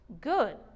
good